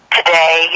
today